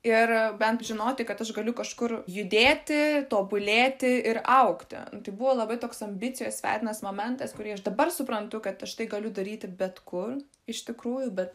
ir bent žinoti kad aš galiu kažkur judėti tobulėti ir augti tai buvo labai toks ambicijos vedinas momentas kurį aš dabar suprantu kad aš tai galiu daryti bet kur iš tikrųjų bet